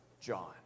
John